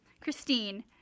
Christine